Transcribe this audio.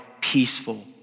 peaceful